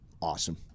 Awesome